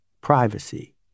privacy